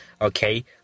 okay